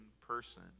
person